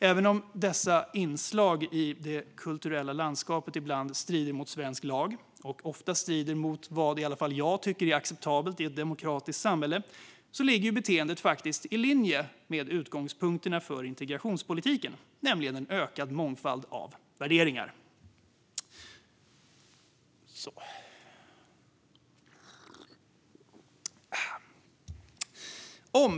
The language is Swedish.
Även om dessa inslag i det kulturella landskapet ibland strider mot svensk lag, och ofta strider mot vad åtminstone jag anser vara acceptabelt i ett demokratiskt samhälle, ligger beteendet i linje med utgångspunkterna för integrationspolitiken, nämligen en ökad mångfald av värderingar.